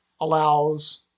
allows